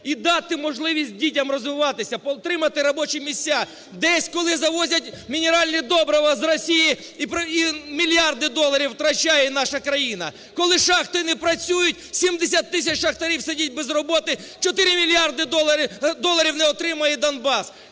і дати можливість дітям розвиватися, отримати робочі місця, десь, коли завозять мінеральні добрива з Росії і мільярди доларів втрачає наша країна, коли шахто не працюють, 70 тисяч шахтарів сидять без роботи, 4 мільярди доларів не отримує Донбас.